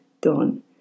done